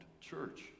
Church